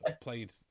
played